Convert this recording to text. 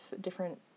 different